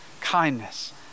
kindness